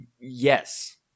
yes